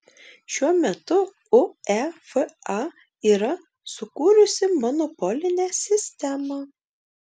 šiuo metu uefa yra sukūrusi monopolinę sistemą